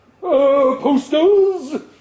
posters